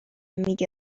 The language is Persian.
میگه